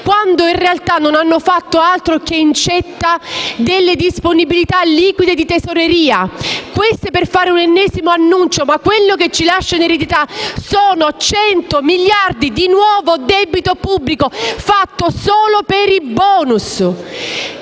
quando in realtà non hanno fatto altro che incetta delle disponibilità liquide di tesoreria per fare un ennesimo annuncio. In realtà quello che ci lascia in eredità sono 100 miliardi di nuovo debito pubblico fatto solo per i *bonus*.